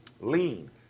Lean